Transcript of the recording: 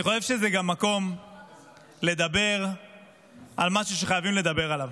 אני חושב שזה גם מקום לדבר על משהו שחייבים לדבר עליו: